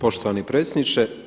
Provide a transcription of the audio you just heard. Poštovani predsjedniče.